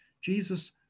Jesus